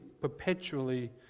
perpetually